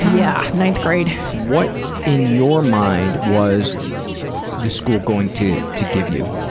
yeah, ninth grade. what in your mind was the school going to to give you?